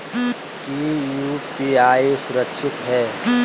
की यू.पी.आई सुरक्षित है?